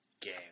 game